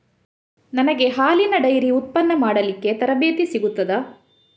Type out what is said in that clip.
ನನಗೆ ಹಾಲಿನ ಡೈರಿ ಉತ್ಪನ್ನ ಮಾಡಲಿಕ್ಕೆ ತರಬೇತಿ ಸಿಗುತ್ತದಾ?